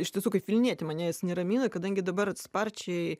iš tiesų kaip vilnietį mane jis neramina kadangi dabar sparčiai